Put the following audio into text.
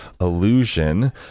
illusion